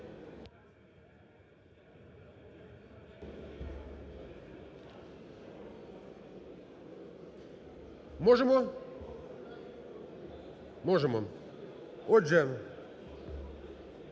Можемо? Можемо. Отже,